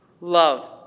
love